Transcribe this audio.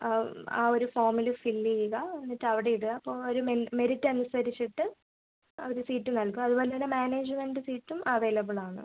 ആ ഒരു ഫോമിൽ ഫില്ല് ചെയ്യുക എന്നിട്ട് അവിടെ ഇടുക അപ്പോൾ അവർ മെറിറ്റ് അനുസരിച്ചിട്ട് അവർ സീറ്റ് നൽകും അതുപോലെ തന്നെ മാനേജ്മെൻ്റ് സീറ്റും അവൈലബിൾ ആണ്